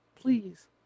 Please